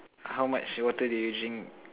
how much water did you drink